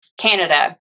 Canada